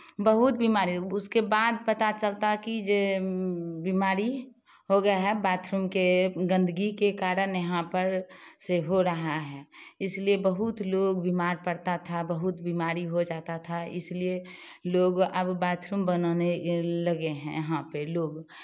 बहुत बीमारी उसके बाद पता चलता कि जे बीमारी हो गया है बाथरूम के गंदगी के कारण यहाँ पर से हो रहा है इसलिए बहुत लोग बीमार पड़ता था बहुत बीमारी हो जाता था इसलिए लोग अब बाथरूम बनवाने लगे हैं यहाँ पे लोग